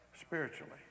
spiritually